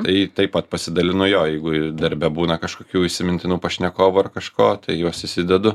tai taip pat pasidalinu jo jeigu ir darbe būna kažkokių įsimintinų pašnekovų ar kažkoko tai juos įsidedu